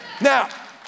Now